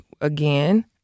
Again